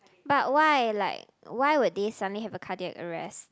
but why like why would they suddenly have a cardiac arrest